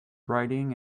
riding